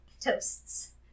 Toasts